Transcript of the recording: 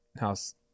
house